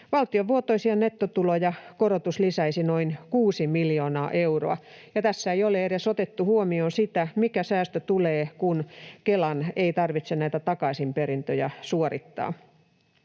Valtion vuotuisia nettotuloja korotus lisäisi noin 6 miljoonaa euroa, ja tässä ei ole edes otettu huomioon sitä, mikä säästö tulee, kun Kelan ei tarvitse näitä takaisinperintöjä suorittaa.